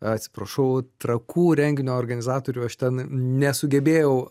atsiprašau trakų renginio organizatorių aš ten nesugebėjau